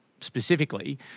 specifically